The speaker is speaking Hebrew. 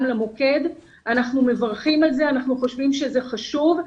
למוקד ואנחנו מברכים על כך כי אנחנו חושבים שזה חשוב.